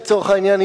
לצורך העניין,